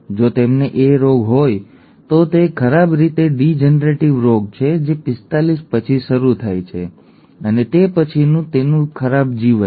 જો તેમને હંટિંગ્ટનનો રોગ હોય તો તે ખરાબ રીતે ડિજનરેટિવ રોગ છે જે ૪૫ પછી શરૂ થાય છે અને તે પછી તેનું ખરાબ જીવન